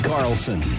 Carlson